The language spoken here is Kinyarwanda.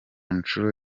nshuro